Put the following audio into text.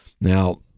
now